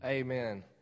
Amen